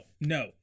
no